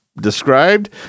described